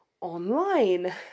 online